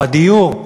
בדיור.